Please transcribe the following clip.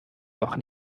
doch